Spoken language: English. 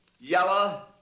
yellow